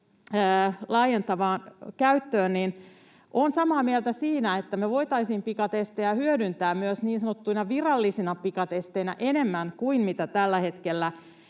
laajennettuun käyttöön. Olen samaa mieltä siinä, että me voitaisiin pikatestejä hyödyntää myös niin sanottuina virallisina pikatesteinä enemmän kuin tällä hetkellä